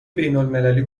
بینالمللی